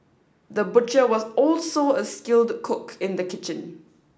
the butcher was also a skilled cook in the kitchen